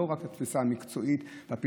לא רק התפיסה המקצועית והפתרונות,